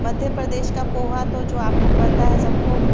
मध्य प्रदेश का पोहा तो जो आपको पता है सबको